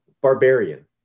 barbarian